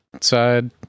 side